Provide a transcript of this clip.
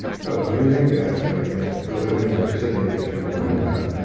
so it's using gasoline. it's polluting your city, which you're worried about.